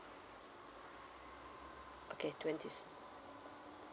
okay twentieth